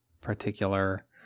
particular